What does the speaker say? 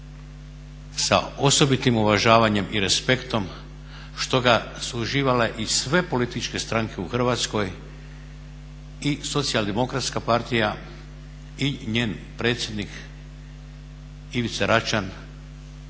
sa osobitim uvažavanjem i respektom, što ga su uživale i sve političke stranke u Hrvatskoj i Socijal-demokratska partija i njen predsjednik Ivica Račan,